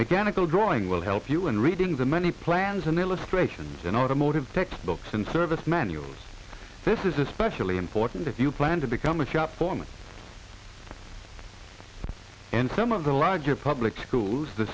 mechanical drawing will help you in reading the many plans and illustrations in automotive textbooks and servicemen you this is especially important if you plan to become a shop foreman and some of the larger public schools the